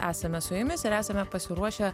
esame su jumis ir esame pasiruošę